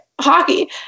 hockey